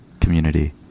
community